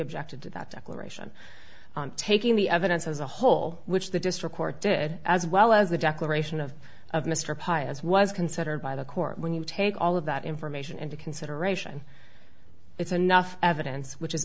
objected to that declaration taking the evidence as a whole which the district court did as well as the declaration of of mr paez was considered by the court when you take all of that information into consideration it's enough evidence which is